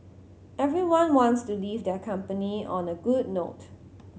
everyone wants to leave their company on a good note